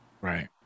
Right